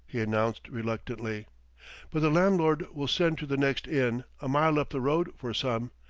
he announced reluctantly but the landlord will send to the next inn, a mile up the road, for some.